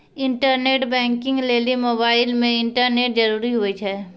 internet banking लेली mobile मे internet जरूरी हुवै छै